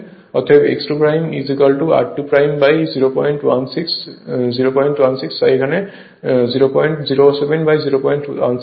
অতএব x 2 r2016 এর এখানে তাই 007016 হবে